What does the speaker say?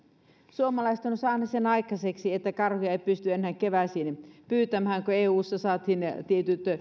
suomalaiset ovat saaneet aikaiseksi sen että karhuja ei pysty enää keväisin pyytämään kun eussa saatiin tietyt